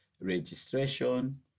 registration